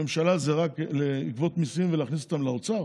הממשלה זה רק לגבות מיסים ולהכניס אותם לאוצר?